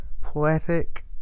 poetic